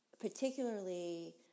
Particularly